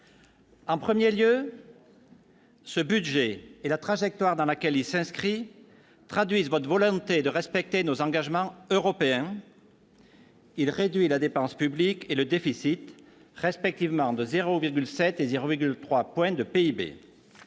secrétaire d'État, ce budget et la trajectoire dans laquelle il s'inscrit traduisent votre volonté de respecter nos engagements européens. Il réduit la dépense publique et le déficit, respectivement de 0,7 point et de 0,3 point de PIB.